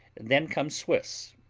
then comes swiss.